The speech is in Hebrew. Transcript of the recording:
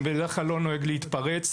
אני בדרך כלל לא נוהג להתפרץ,